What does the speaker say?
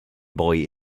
boy